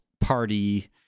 party